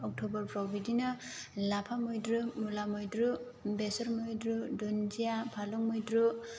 अक्ट'बरफ्राव बिदिनो लाफा मैद्रु मुला मैद्रु बेसर मैद्रि दुनदिया फालें मैद्रु